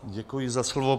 Děkuji za slovo.